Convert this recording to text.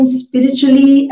spiritually